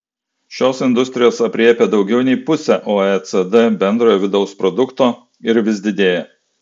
šios industrijos aprėpia daugiau nei pusę oecd bendrojo vidaus produkto ir vis didėja